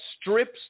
strips